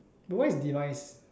but what is demise